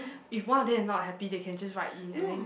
if one of them is not happy they can just write in and then